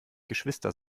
geschwister